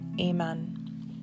Amen